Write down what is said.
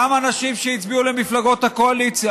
גם אנשים שהצביעו למפלגות הקואליציה.